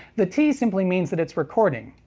the t simply means that it's recording.